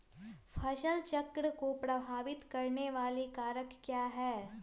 फसल चक्र को प्रभावित करने वाले कारक क्या है?